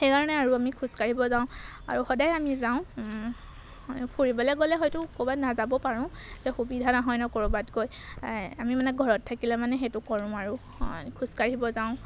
সেইকাৰণে আৰু আমি খোজ কাঢ়িব যাওঁ আৰু সদায় আমি যাওঁ ফুৰিবলৈ গ'লে হয়তো ক'ৰবাত নাযাব পাৰোঁ এতিয়া সুবিধা নহয় ন ক'ৰবাত গৈ আমি মানে ঘৰত থাকিলে মানে সেইটো কৰোঁ আৰু খোজ কাঢ়িব যাওঁ